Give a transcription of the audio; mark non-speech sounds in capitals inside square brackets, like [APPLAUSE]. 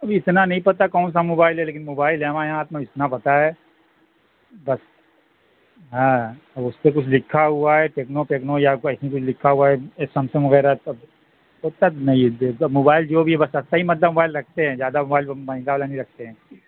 اب اتنا نہیں پتہ کون سا موبائل ہے لیکن موبائل ہے ہمارے ہاتھ میں اتنا پتہ ہے بس ہاں اب اس پہ کچھ لکھا ہوا ہے ٹیکنو پیکنو یا آپ کو کچھ ایسا لکھا ہوا ہے یہ سیممنگ وغیرہ یہ سب وہ سب نہیں [UNINTELLIGIBLE] موبائل جو بھی بس سستا ہی مطلب موبائل رکھتے ہیں زیادہ موبائل مہنگا والا نہیں رکھتے ہیں